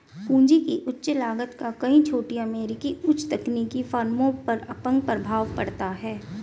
पूंजी की उच्च लागत का कई छोटी अमेरिकी उच्च तकनीकी फर्मों पर अपंग प्रभाव पड़ता है